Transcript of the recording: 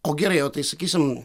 o gerai o tai sakysim